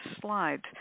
slides